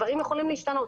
דברים יכולים להשתנות.